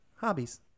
hobbies